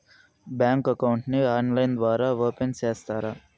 Bank account ని online ద్వారా open సేస్తారా?